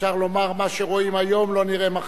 אפשר לומר, מה שרואים היום, לא נראה מחר.